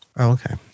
Okay